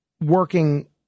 working